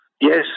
Yes